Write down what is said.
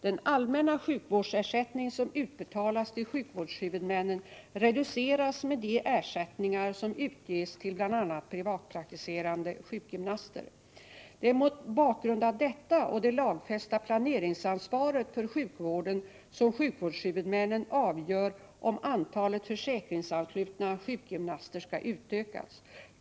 Den allmänna sjukvårdsersättning som utbetalas till sjukvårdshuvudmännen reduceras med de ersättningar som utges till bl.a. privatpraktiserande sjukgymnaster. Det är mot bakgrund av detta och det lagfästa planeringsansvaret för sjukvården som sjukvårdshuvudmännen avgör om antalet försäkringsanslutna sjukgymnaster skall utökas.